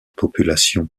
population